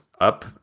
up